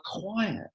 quiet